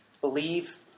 Believe